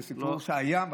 זה סיפור שהיה.